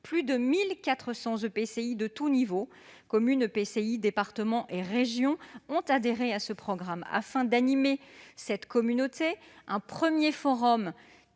plus de 1 400 collectivités de tous niveaux- communes, EPCI, départements et régions -ont adhéré à ce programme. Afin d'animer cette communauté, le premier forum